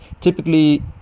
typically